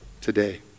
today